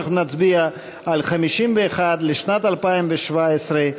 על 51 לשנת 2017,